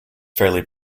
fairly